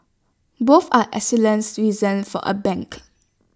both are excellent reasons for A bank